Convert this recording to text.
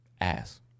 Ass